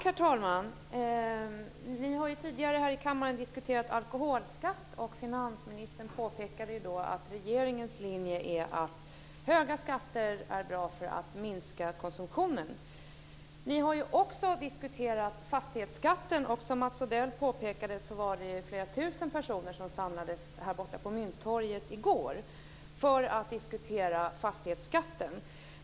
Herr talman! Ni har ju tidigare här i kammaren diskuterat alkoholskatt. Finansministern påpekade då att regeringens linje är att höga skatter är bra för att minska konsumtionen. Ni har ju också diskuterat fastighetsskatten. Som Mats Odell påpekade samlades flera tusen människor här borta på Mynttorget i går för att diskutera fastighetsskatten.